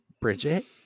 Bridget